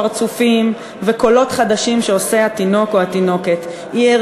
פרצופים וקולות חדשים שהתינוק או התינוקת עושים.